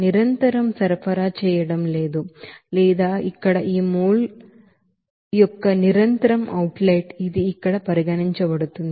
నిరంతరం సరఫరా చేయడం లేదు లేదా ఇక్కడ ఆ మోల్ యొక్క నిరంతరం అవుట్ లెట్ ఇది అక్కడ పరిగణించబడుతుంది